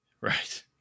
Right